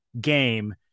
game